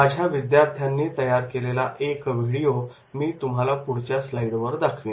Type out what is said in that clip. माझ्या विद्यार्थ्यांनी तयार केलेला एक व्हिडिओ मी पुढच्या स्लाईडवर दाखवीन